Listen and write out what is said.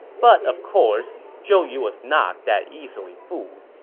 but of course, zhou yu was not that easily fooled.